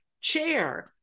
chair